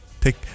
Take